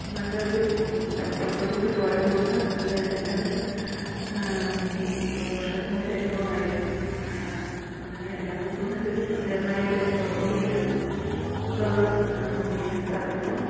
നല്ല ഒരു താല്പര്യത്തോട് കൂടി പോയത് കൊണ്ട് നല്ല എല്ലാവരും സന്തോഷകരമായ ഒരു അനുഭവമായിരുന്നു അങ്ങനെ എല്ലാ ദിവസവും നല്ലൊരു പ്രത്യേകമായ ഒരു അനുഭവത്തോട് കൂടിയാണ് നമുക്കത് ചെയ്യാൻ സാധിച്ചത്